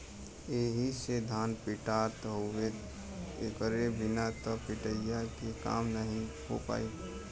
एही से धान पिटात हउवे एकरे बिना त पिटिया के काम नाहीं हो पाई